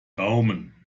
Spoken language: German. daumen